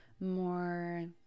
more